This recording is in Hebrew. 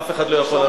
אף אחד לא יכול,